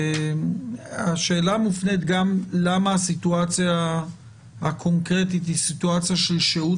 השאלה מופנית גם למה הסיטואציה הקונקרטית היא סיטואציה של שהות